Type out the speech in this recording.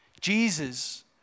Jesus